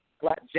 Black